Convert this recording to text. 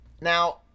Now